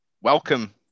Welcome